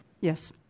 Yes